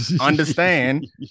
understand